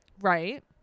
Right